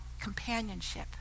companionship